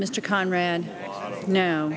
mr conrad no